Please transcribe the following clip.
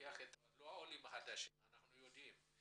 לא העולים החדשים, אנחנו יודעים.